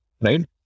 right